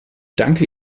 danke